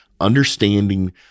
understanding